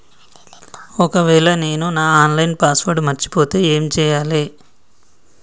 ఒకవేళ నేను నా ఆన్ లైన్ పాస్వర్డ్ మర్చిపోతే ఏం చేయాలే?